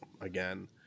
again